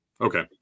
Okay